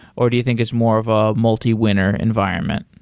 or do you think it's more of a multi-winner environment?